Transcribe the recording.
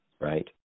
right